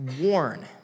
worn